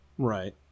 Right